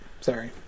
sorry